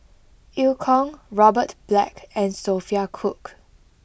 Eu Kong Robert Black and Sophia Cooke